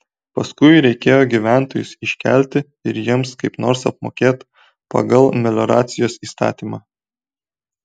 paskui reikėjo gyventojus iškelti ir jiems kaip nors apmokėt pagal melioracijos įstatymą